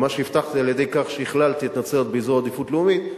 ומה שהבטחתי על-ידי כך שהכללתי את נצרת באזור עדיפות לאומית,